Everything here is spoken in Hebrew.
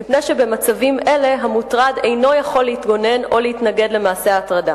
מפני שבמצבים אלה המוטרד אינו יכול להתגונן או להתנגד למעשי הטרדה.